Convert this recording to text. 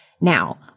Now